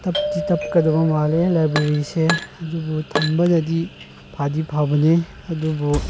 ꯇꯞꯇꯤ ꯇꯞꯀꯗꯕ ꯃꯥꯜꯂꯦ ꯂꯥꯏꯕ꯭ꯔꯦꯔꯤꯁꯦ ꯑꯗꯨꯕꯨ ꯊꯝꯕꯅꯗꯤ ꯐꯗꯤ ꯐꯕꯅꯦ ꯑꯗꯨꯕꯨ